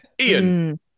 Ian